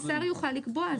השר יוכל לקבוע.